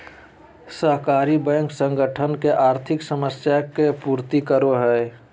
सहकारी बैंक संगठन के आर्थिक समस्या के पूर्ति करो हइ